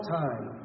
time